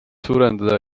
suurendada